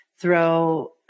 throw